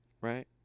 right